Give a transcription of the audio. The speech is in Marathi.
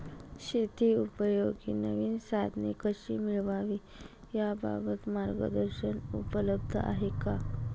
शेतीउपयोगी नवीन साधने कशी मिळवावी याबाबत मार्गदर्शन उपलब्ध आहे का?